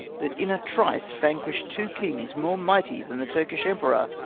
that in a trice vanquish'd two kings more mighty than the turkish emperor,